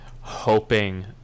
hoping